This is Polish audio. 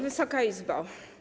Wysoka Izbo!